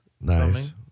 Nice